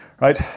right